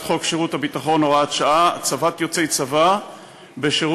חוק שירות ביטחון (הוראת שעה) (הצבת יוצאי צבא בשירות